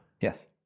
Yes